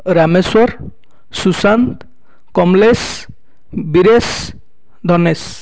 Rameswar Sushant Kamlesh Viresh Dinesh